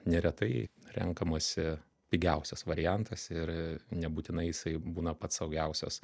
neretai renkamasi pigiausias variantas ir nebūtinai būna pats saugiausias